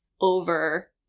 over